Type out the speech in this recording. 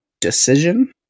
decision